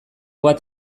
bat